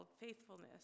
Faithfulness